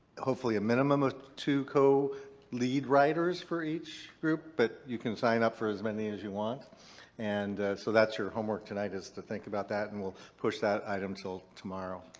hopefully, a minimum of two co-lead writers for each group, but you can sign up for as many as you want and so that's your homework tonight is to think about that and we'll push that item till tomorrow.